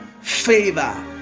favor